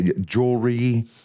jewelry